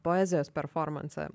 poezijos performansą